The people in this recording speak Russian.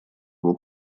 его